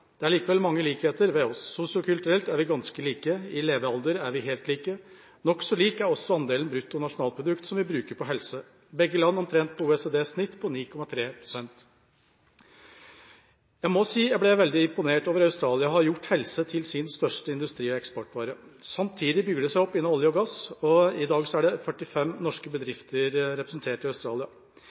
Det er likevel mange likheter mellom oss. Sosiokulturelt er vi ganske like, og når det gjelder levealder, er vi helt like. Nokså lik er også andelen brutto nasjonalprodukt som vi bruker på helse, begge land er omtrent på OECDs snitt på 9,3 pst. Jeg må si jeg ble veldig imponert over Australia, som har gjort helse til sin største industri og eksportvare. Samtidig bygger det seg opp innen olje og gass, og i dag er det 45 norske bedrifter som er representert i